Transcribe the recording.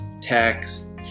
tax